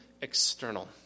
external